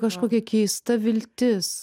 kažkokia keista viltis